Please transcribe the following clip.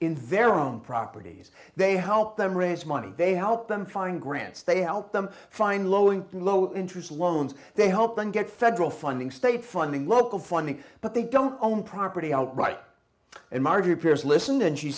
vero own properties they help them raise money they help them find grants they help them find lowing low interest loans they help and get federal funding state funding local funding but they don't own property outright and marjorie appears listen and she